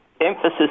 Emphasis